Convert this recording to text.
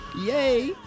Yay